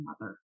mother